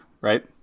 right